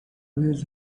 his